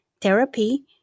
therapy